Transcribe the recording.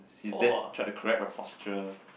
his dad tried to correct my posture